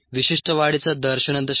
विशिष्ट वाढीचा दर 0